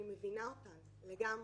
אני מבינה אותן לגמרי.